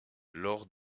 lors